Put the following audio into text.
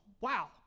wow